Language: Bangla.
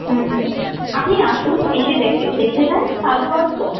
হুম আপনি আসুন এসে দেখে দেখে যান তারপর তো